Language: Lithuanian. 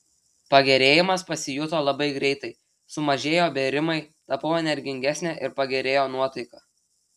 pagerėjimas pasijuto labai greitai sumažėjo bėrimai tapau energingesnė ir pagerėjo nuotaika